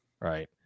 right